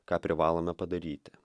ką privalome padaryti